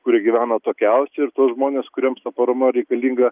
kurie gyvena atokiausiai ir tuos žmonės kuriems ta parama reikalinga